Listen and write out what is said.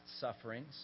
sufferings